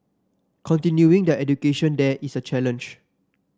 continuing their education there is a challenge